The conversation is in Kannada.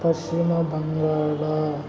ಪಶ್ಚಿಮ ಬಂಗಾಳ